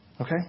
Okay